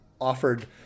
offered